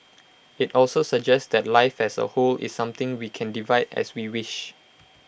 IT also suggests that life as A whole is something we can divide as we wish